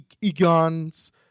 Egon's